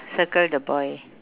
circle the boy